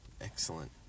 Excellent